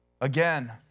Again